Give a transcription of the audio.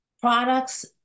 products